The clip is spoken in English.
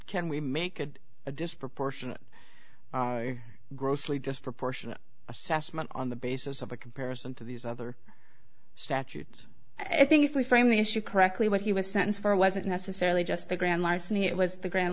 can we make a a disproportionate grossly disproportionate assessment on the basis of a comparison to these other statute i think if we frame the issue correctly what he was sentenced for wasn't necessarily just the grand larceny it was the grand